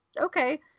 okay